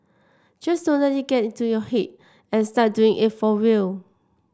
just don't let it get to your head and start doing it for real